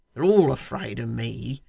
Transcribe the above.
they're all afraid of me.